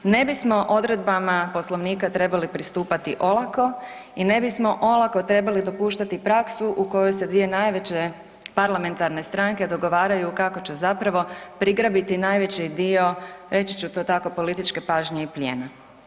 Ne bismo odredbama Poslovnika trebali pristupati olako i ne bismo olako trebali dopuštati praksu u kojoj se dvije najveće parlamentarne stranke dogovaraju kako će zapravo prigrabiti najveći dio, reći ću to tako, političke pažnje i plijena.